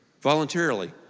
voluntarily